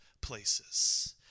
places